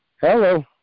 Hello